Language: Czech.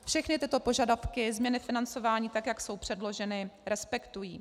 Všechny tyto požadavky změny financování, tak jak jsou předloženy, respektují.